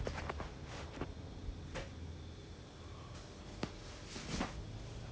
!wah! 那时候很便宜 we we only did everything 差不多 about ten K only ten to twelve K